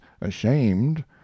ashamed